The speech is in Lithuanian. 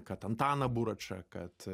kad antaną buračą kad